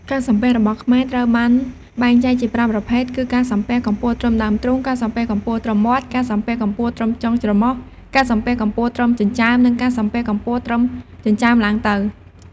ការសំពះរបស់ខ្មែរត្រូវបានបែងចែកជាប្រាំប្រភេទគឺ ការសំពះកម្ពស់ត្រឹមដើមទ្រូង ការសំពះកម្ពស់ត្រឹមមាត់ ការសំពះកម្ពស់ត្រឹមចុងច្រមុះ ការសំពះកម្ពស់ត្រឹមចិញ្ចើម និងការសំពះកម្ពស់ត្រឹមចិញ្ចើមឡើងទៅ។